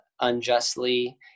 unjustly